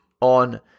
on